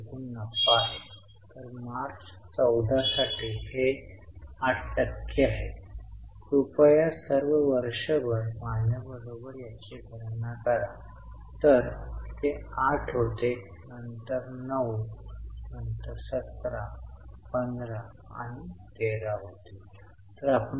प्रथम प्रदान केलेला कर करा नंतर निव्वळ नफ्यावर भर पडेल कारण वर्षात हा शुल्क आकारला जातो आणि जे प्रत्यक्षात दिले जाते ते वजा केले जाते